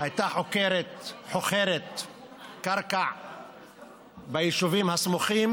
הייתה חוכרת קרקע ביישובים הסמוכים